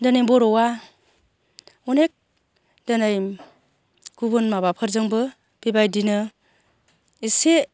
दोनै बर'आ अनेक दोनै गुबुन माबाफोरजोंबो बेबादिनो इसे